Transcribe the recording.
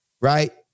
right